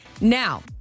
Now